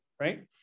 Right